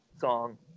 song